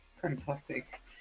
fantastic